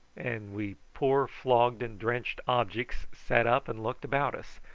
and we poor flogged and drenched objects sat up and looked about us,